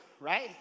right